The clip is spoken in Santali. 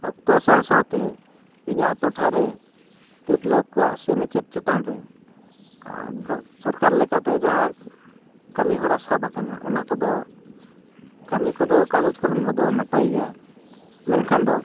ᱚᱠᱛᱚ ᱥᱟᱶ ᱥᱟᱶᱛᱮ ᱤᱧᱟᱹᱜ ᱴᱚᱴᱷᱟ ᱨᱮ ᱛᱤᱨᱞᱟᱹ ᱠᱚᱣᱟᱜ ᱥᱮᱱᱮᱪᱮᱫ ᱪᱮᱛᱟᱱ ᱨᱮ ᱟᱨ ᱥᱚᱨᱠᱟᱨ ᱞᱮᱠᱟᱛᱮ ᱡᱟᱦᱟᱸ ᱠᱟᱹᱢᱤ ᱦᱚᱨᱟ ᱥᱟᱵ ᱟᱠᱟᱱᱟ ᱚᱱᱟ ᱠᱚᱫᱚ ᱠᱟᱹᱢᱤ ᱠᱚᱫᱚ ᱠᱟᱜᱚᱡᱽ ᱠᱚᱞᱚᱢ ᱨᱮᱫᱚ ᱱᱟᱯᱟᱭ ᱜᱮᱭᱟ ᱢᱮᱱᱠᱷᱟᱱ ᱫᱚ